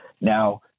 Now